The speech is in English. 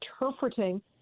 interpreting